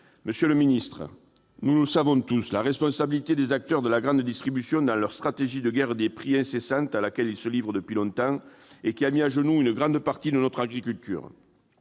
Monsieur le ministre, nous savons tous la responsabilité des acteurs de la grande distribution dans la stratégie de guerre des prix incessante à laquelle ils se livrent depuis longtemps et qui a mis à genoux une grande partie de notre agriculture.